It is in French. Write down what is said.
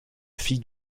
fille